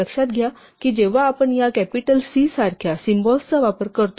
लक्षात घ्या की जेव्हा आपण या कॅपिटल C सारख्या सिम्बॉल्सचा वापर करतो